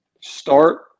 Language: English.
Start